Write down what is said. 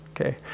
okay